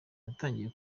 yatangiye